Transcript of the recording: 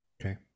Okay